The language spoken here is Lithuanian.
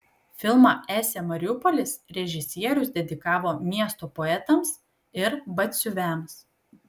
filmą esė mariupolis režisierius dedikavo miesto poetams ir batsiuviams